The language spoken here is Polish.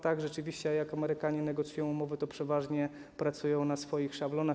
Tak, rzeczywiście, jak Amerykanie negocjują umowy, to przeważnie pracują na swoich szablonach.